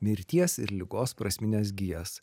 mirties ir ligos prasmines gijas